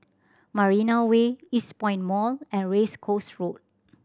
Marina Way Eastpoint Mall and Race Course Road